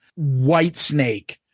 Whitesnake